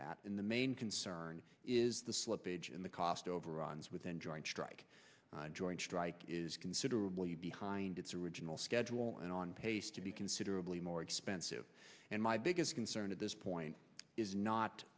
that in the main concern is the slippage in the cost overruns within joint strike joint strike is considerably behind its original schedule and on pace to be considerably more expensive and my biggest concern at this point is not